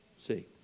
See